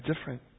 different